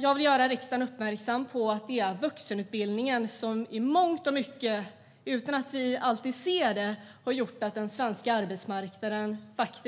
Jag vill göra riksdagen uppmärksam på att det är vuxenutbildningen som i mångt och mycket, utan att vi alltid ser det, har gjort att den svenska arbetsmarknaden